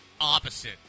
opposite